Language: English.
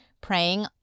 praying